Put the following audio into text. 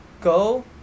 Go